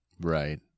Right